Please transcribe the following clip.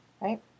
Right